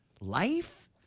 life